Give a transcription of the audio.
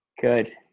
good